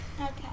Okay